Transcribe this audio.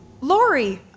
Lori